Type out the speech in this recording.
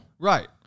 Right